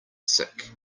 sick